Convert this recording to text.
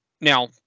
Now